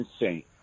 insane